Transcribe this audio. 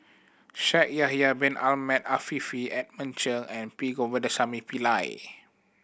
Shaikh Yahya Bin Ahmed Afifi Edmund Cheng and P Govindasamy Pillai